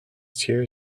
tier